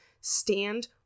stand